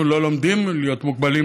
אנחנו לא לומדים להיות מוגבלים,